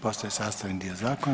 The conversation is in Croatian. Postaje sastavni dio zakona.